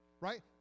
Right